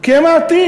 כי הם העתיד,